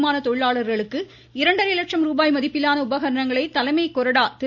அரியலூர் கட்டுமான தொழிலாளர்களுக்கு இரண்டரை லட்சம் ரூபாய் மதிப்பிலான உபகரணங்களை தலைமை கொறடா திரு